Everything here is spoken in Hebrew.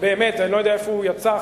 אני לא יודע לאן הוא יצא,